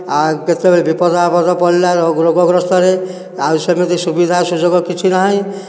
ଆ କେତେବେଳେ ବିପଦ ଆପଦ ପଡ଼ିଲା ରୋଗ ଗ୍ରସ୍ତରେ ଆଉ ସେମିତି ସୁବିଧା ସୁଯୋଗ କିଛି ନାହିଁ